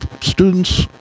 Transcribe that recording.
students